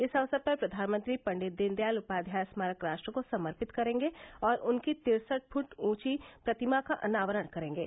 इस अवसर पर प्रधानमंत्री पंडित दीनदयाल उपाध्याय स्मारक राष्ट्र को समर्पित करेंगे और उनकी तिरसठ फुट ऊंची प्रतिमा का अनावरण करेंगे